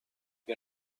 che